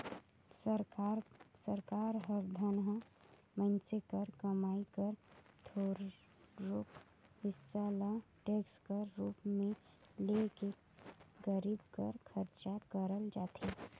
सरकार हर धनहा मइनसे कर कमई कर थोरोक हिसा ल टेक्स कर रूप में ले के गरीब बर खरचा करल जाथे